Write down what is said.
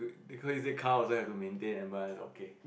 because he say car also have to maintain and okay